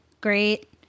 great